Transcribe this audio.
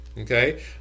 Okay